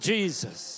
Jesus